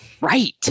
right